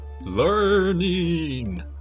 Learning